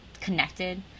connected